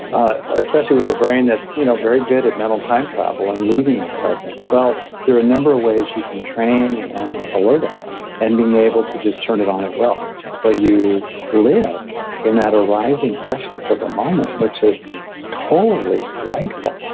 especially with the brain that's you know very good at mental time travel and leaving the present. well, there are a number of ways you can train and alert it and being able to just turn it on it well so you live in that arising freshness of the moment, which is totally delightful.